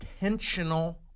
intentional